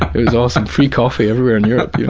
it was awesome, free coffee everywhere in europepaul